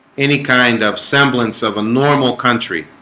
any kind of semblance of a normal country?